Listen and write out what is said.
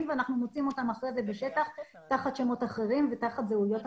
ואנחנו מוצאים אותם אחר כך בשטח תחת שמות אחרים ותחת זהויות אחרות.